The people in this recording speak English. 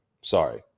sorry